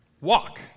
walk